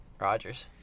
Rodgers